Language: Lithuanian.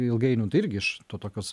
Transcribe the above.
ilgainiui tai irgi iš to tokios